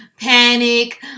panic